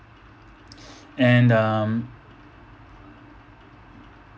and um